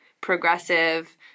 progressive